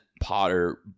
Potter